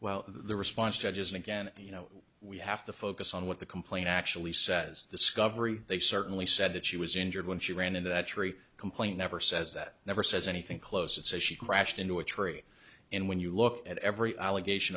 well the response judge is again you know we have to focus on what the complaint actually says discovery they certainly said that she was injured when she ran into that tree complaint never says that never says anything close it says she crashed into a tree and when you look at every allegation